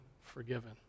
forgiven